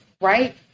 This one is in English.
Right